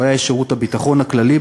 הוא היה איש שירות הביטחון בעבר,